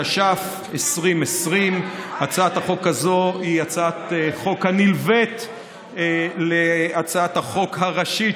התש"ף 2020. הצעת החוק הזאת היא הצעת החוק הנלווית להצעת החוק הראשית,